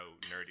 nerdy